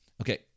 Okay